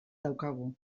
daukagu